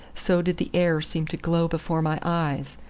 so did the air seem to glow before my eyes.